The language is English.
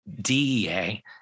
DEA